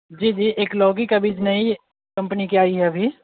जी जी एक लौकी का बीज नई कम्पनी कि एइ है अभी